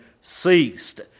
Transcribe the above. ceased